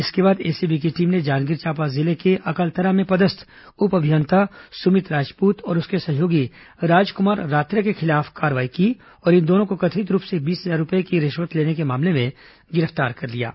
इसके बाद एसीबी की टीम ने जांजगीर चांपा जिले के अकलतरा में पदस्थ उप अभियंता सुमीत राजपूत और उसके सहयोगी राजकुमार रात्रे के खिलाफ कार्रवाई की और इन दोनों को कथित रूप से बीस हजार रूपए की रिश्वत लेने के मामले में गिरफ्तार किया है